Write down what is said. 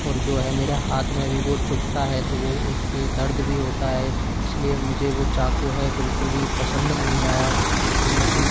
और जो है मेरे हाथ में भी वो चुभता है तो वो उससे दर्द भी होता है इसलिए मुझे वो चाकू है बिलकुल भी पसंद नहीं आया उसकी कीमत भी